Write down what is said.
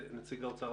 ונציג האוצר.